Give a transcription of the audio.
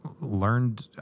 learned